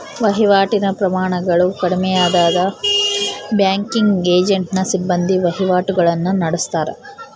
ವಹಿವಾಟಿನ ಪ್ರಮಾಣಗಳು ಕಡಿಮೆಯಾದಾಗ ಬ್ಯಾಂಕಿಂಗ್ ಏಜೆಂಟ್ನ ಸಿಬ್ಬಂದಿ ವಹಿವಾಟುಗುಳ್ನ ನಡತ್ತಾರ